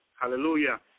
Hallelujah